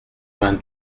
vingt